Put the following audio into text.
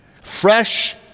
Fresh